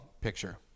picture